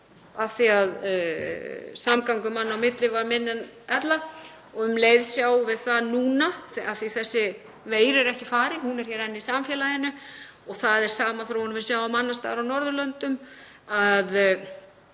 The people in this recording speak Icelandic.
af því að samgangur manna á milli var minni en ella. Um leið sjáum við það núna, af því að þessi veira er ekki farin, hún er hér enn í samfélaginu og það er sama þróun og við sjáum annars staðar á Norðurlöndum, að